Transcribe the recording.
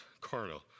carnal